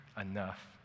enough